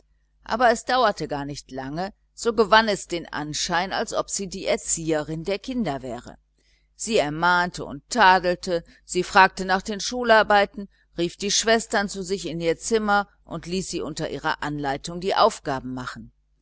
aber es dauerte gar nicht lange so gewann es den anschein als ob sie die erzieherin der kinder wäre sie ermahnte und tadelte sie fragte nach den schularbeiten rief die schwestern zu sich in ihr zimmer und ließ sie unter ihrer anleitung die aufgaben machen